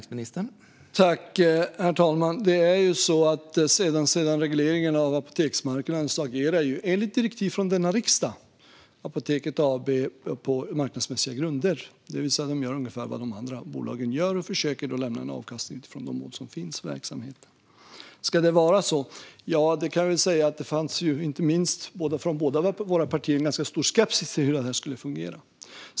Herr talman! Sedan regleringen av apoteksmarknaden agerar Apoteket AB på marknadsmässiga grunder enligt direktiv från denna riksdag. Det vill säga att man gör ungefär vad de andra bolagen gör och försöker lämna en avkastning utifrån de mål som finns för verksamheten. Ska det då vara så? Det fanns ju, inte minst från både Karin Rågsjös parti och mitt eget parti, en ganska stor skepsis mot detta.